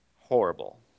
Horrible